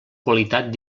qualitat